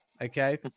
Okay